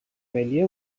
ملی